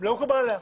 לא מקובל עליה.